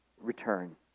return